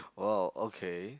!wow! okay